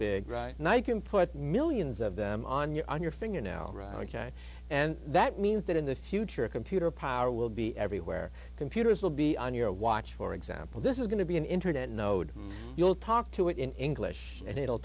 and i can put millions of them on you're on your finger now and that means that in the future a computer power will be everywhere computers will be on your watch for example this is going to be an internet node you'll talk to it in english and it'll